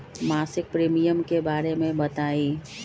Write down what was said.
मासिक प्रीमियम के बारे मे बताई?